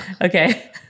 Okay